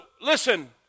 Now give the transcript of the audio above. listen